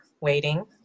waiting